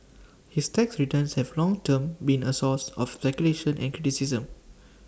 his tax returns have long turn been A source of speculation and criticism